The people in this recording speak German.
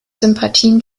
sympathien